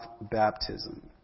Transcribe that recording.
baptism